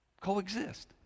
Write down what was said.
Coexist